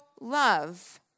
love